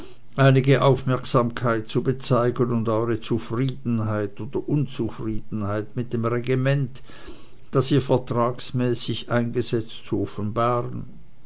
einige aufmerksamkeit zu bezeigen und eure zufriedenheit oder unzufriedenheit mit dem regiment das ihr vertragsmäßig eingesetzt zu